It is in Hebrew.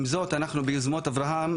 עם זאת אנחנו ביוזמות אברהם,